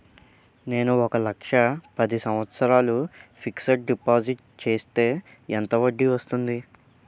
నేను ఒక లక్ష పది సంవత్సారాలు ఫిక్సడ్ డిపాజిట్ చేస్తే ఎంత వడ్డీ వస్తుంది?